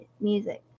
music